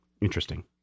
Interesting